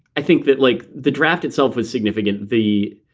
i think that like the draft itself is significant. the.